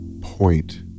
point